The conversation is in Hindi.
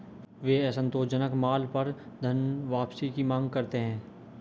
वे असंतोषजनक माल पर धनवापसी की मांग करते हैं